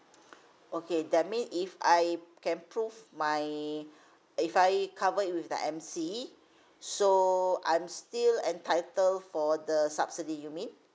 okay that mean if I can prove my if I cover it with a M_C so I'm still entitled for the subsidy you mean